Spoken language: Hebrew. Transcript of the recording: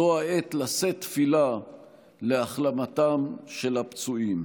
זו העת לשאת תפילה להחלמתם של הפצועים.